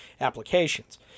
applications